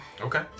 Okay